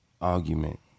argument